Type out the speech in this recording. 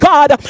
God